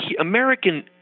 American